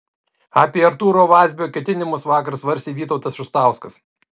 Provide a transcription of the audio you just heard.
apie artūro vazbio ketinimus vakar svarstė vytautas šustauskas